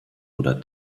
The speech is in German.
oder